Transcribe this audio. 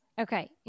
Okay